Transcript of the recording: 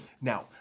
Now